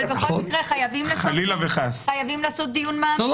אבל בכל מקרה חייבים לעשות דיון מעמיק על זה.